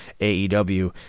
AEW